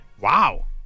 Wow